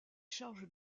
charges